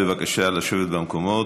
בבקשה לשבת במקומות.